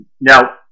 Now